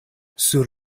sur